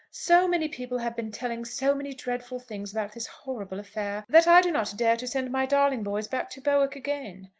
so many people have been telling so many dreadful things about this horrible affair, that i do not dare to send my darling boys back to bowick again.